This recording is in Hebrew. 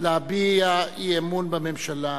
להביע אי-אמון בממשלה.